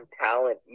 talent